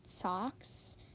Socks